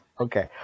okay